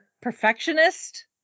perfectionist